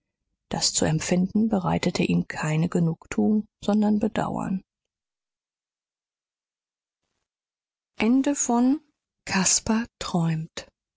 das zu empfinden bereitete ihm keine genugtuung sondern bedauern